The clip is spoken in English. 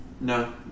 No